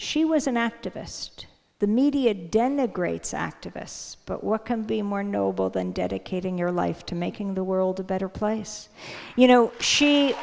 she was an activist the media denigrates activists but what can be more noble than dedicating your life to making the world a better place you know she